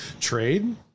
Trade